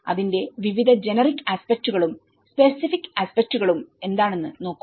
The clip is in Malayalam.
അതിന്റെ വിവിധ ജനറിക് ആസ്പെക്ടുകളും സ്പെസിഫിക് ആസ്പെക്ടുകളും എന്താണെന്ന് നോക്കൂ